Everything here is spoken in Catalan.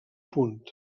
punt